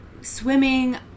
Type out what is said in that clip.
swimming